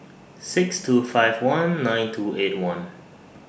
six two five one nine two eight one